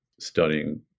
studying